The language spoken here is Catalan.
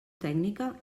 tècnica